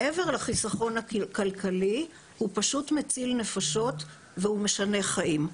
מעבר לחסכון הכלכלי הוא פשוט מציל נפשות והוא משנה חיים.